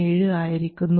17 ആയിരിക്കുന്നു